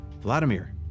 Vladimir